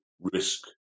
risk